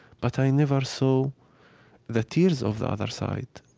but i never saw the tears of the other side,